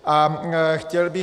A chtěl bych...